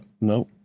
No